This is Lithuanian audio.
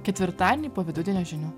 ketvirtadienį po vidudienio žinių